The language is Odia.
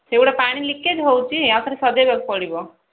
ସେଗୁଡ଼ିକ ପାଣି ଲିକେଜ୍ ହେଉଛି ଆଉଥରେ ସଜାଇବାକୁ ପଡ଼ିବ